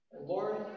Lord